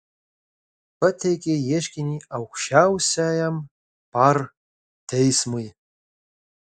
pateikė ieškinį aukščiausiajam par teismui